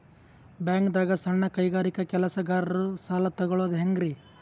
ಬ್ಯಾಂಕ್ದಾಗ ಸಣ್ಣ ಕೈಗಾರಿಕಾ ಕೆಲಸಗಾರರು ಸಾಲ ತಗೊಳದ್ ಹೇಂಗ್ರಿ?